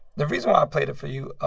the reason why i played it for you,